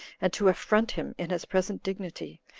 and to affront him in his present dignity,